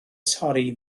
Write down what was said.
torri